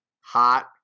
hot